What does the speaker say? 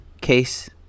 case